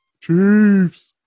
Chiefs